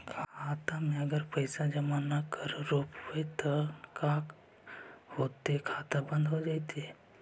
खाता मे अगर पैसा जमा न कर रोपबै त का होतै खाता बन्द हो जैतै?